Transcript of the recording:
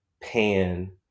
Pan